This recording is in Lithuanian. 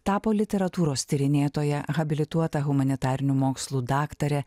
tapo literatūros tyrinėtoja habilituota humanitarinių mokslų daktarė